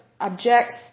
objects